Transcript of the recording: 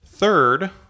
Third